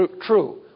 true